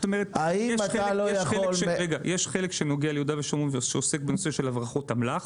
יש חלק שנוגע ליהודה ושומרון שעוסק בנושא הברחות אמל"ח.